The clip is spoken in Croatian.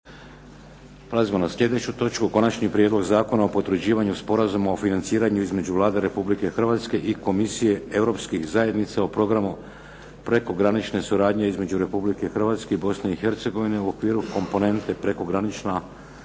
Prelazimo na slijedeću točku: - Konačni prijedlog Zakona o potvrđivanju Sporazuma o financiranju između Vlade Republike Hrvatske i Komisije europskih zajednica o Programu prekogranične suradnje između Republike Hrvatske i Bosne i Hercegovine u okviru komponente prekogranična